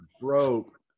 broke